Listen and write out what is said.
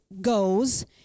goes